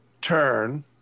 turn